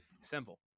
simple